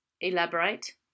elaborate